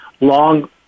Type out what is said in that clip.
long